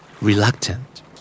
Reluctant